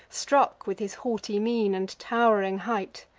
struck with his haughty mien, and tow'ring height.